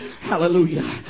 Hallelujah